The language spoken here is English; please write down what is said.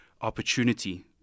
opportunity